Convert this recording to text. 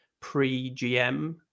pre-GM